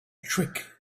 trick